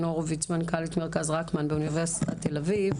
הורוביץ מנכ"לית מרכז רקמן באוניברסיטת בר אילן,